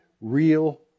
real